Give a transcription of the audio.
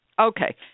Okay